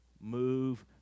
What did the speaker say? move